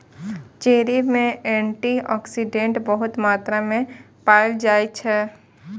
cherry मे antioxidant बहुत मात्रा मे पाएल जाइ छै